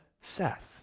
Seth